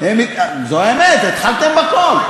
זו האמת, התחלתם בכול.